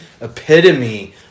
epitome